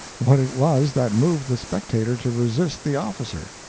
what it was that moved the spectator to resist the officer.